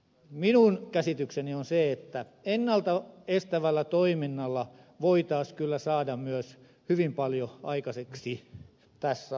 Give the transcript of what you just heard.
minun käsitykseni on se että ennalta estävällä toiminnalla voitaisiin kyllä saada myös hyvin paljon aikaiseksi tässä asiassa